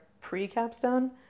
pre-Capstone